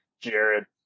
Jared –